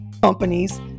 Companies